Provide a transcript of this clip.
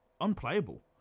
unplayable